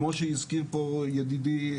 כמו שהזכיר פה ידידי,